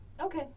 Okay